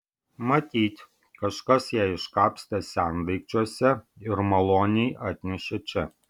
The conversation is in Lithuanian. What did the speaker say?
matyt kažkas ją iškapstė sendaikčiuose ir maloniai atnešė čia